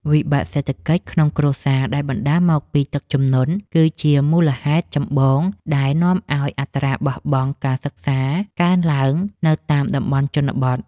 វិបត្តិសេដ្ឋកិច្ចក្នុងគ្រួសារដែលបណ្តាលមកពីទឹកជំនន់ គឺជាមូលហេតុចម្បងដែលនាំឱ្យអត្រាបោះបង់ការសិក្សាកើនឡើងនៅតាមតំបន់ជនបទ។